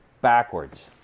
backwards